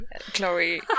Chloe